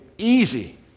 easy